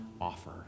offer